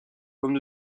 comme